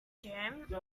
jam